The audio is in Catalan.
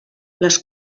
les